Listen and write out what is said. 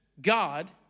God